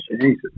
Jesus